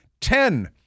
Ten